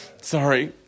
sorry